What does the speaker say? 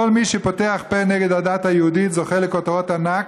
כל מי שפותח פה נגד הדת היהודית זוכה לכותרות ענק,